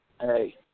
hey